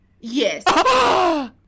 Yes